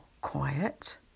quiet